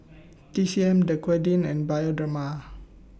T C M Dequadin and Bioderma